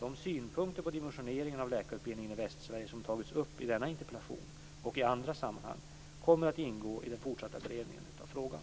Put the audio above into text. De synpunkter på dimensioneringen av läkarutbildningen i Västsverige som tagits upp i denna interpellation och i andra sammanhang kommer att ingå i den fortsatta beredningen av frågan.